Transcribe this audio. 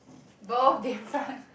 both different